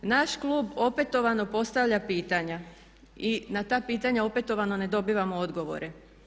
Naš klub opetovano postavlja pitanja i na ta pitanja opetovano ne dobivamo odgovore.